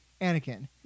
Anakin